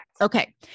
Okay